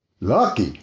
lucky